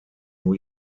new